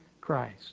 Christ